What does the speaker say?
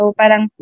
parang